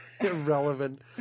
Irrelevant